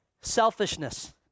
Selfishness